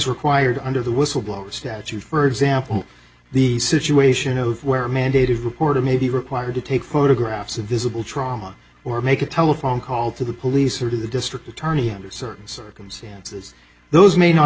required under the whistleblower statute for example the situation of where mandated reporter may be required to take photographs of visible trauma or make a telephone call to the police or to the district attorney under certain circumstances those may not